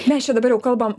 mes čia dabar jau kalbam